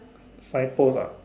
signpost ah